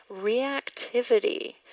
reactivity